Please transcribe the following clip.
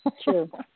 True